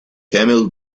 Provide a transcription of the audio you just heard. camel